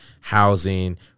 housing